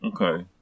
Okay